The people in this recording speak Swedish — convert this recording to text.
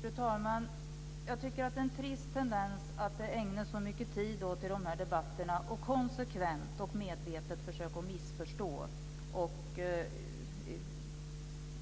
Fru talman! Jag tycker att det är en trist tendens att det i de här debatterna ägnas så mycket tid åt att konsekvent och medvetet försöka missförstå och